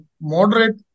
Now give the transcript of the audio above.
moderate